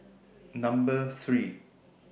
Number three